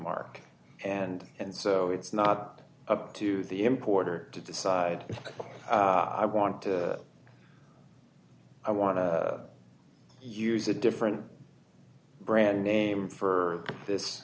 mark and and so it's not up to the importer to decide i want to i want to use a different brand name for this